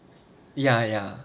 ya ya